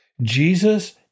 Jesus